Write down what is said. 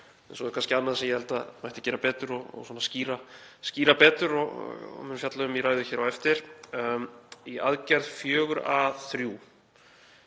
ár. En svo er kannski annað sem ég held að mætti gera betur og skýra betur og mun fjalla um í ræðu hér á eftir. Í aðgerð 4.A.3,